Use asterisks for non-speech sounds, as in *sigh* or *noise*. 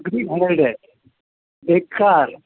*unintelligible* आहे बेकार